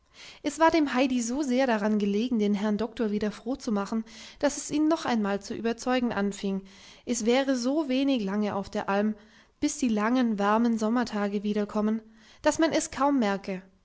es war dem heidi so sehr daran gelegen den herrn doktor wieder froh zu machen daß es ihn noch einmal zu überzeugen anfing es währe so wenig lange auf der alm bis die langen warmen sommertage wiederkommen daß man es kaum merke